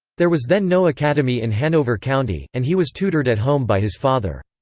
there was then no academy in hanover county, and he was tutored at home by his father.